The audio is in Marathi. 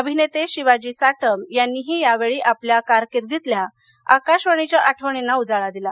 अभिनेते शिवाजी साटम यांनीही यावेळी आपल्या कारकिर्दीतल्या आकाशवाणीच्या आठवणींना उजाळा दिला